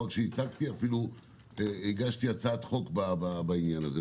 ולא רק הצגתי אלא אפילו הגשתי הצעת חוק בעניין הזה.